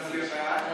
להצביע בעד.